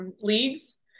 leagues